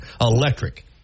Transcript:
Electric